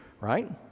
right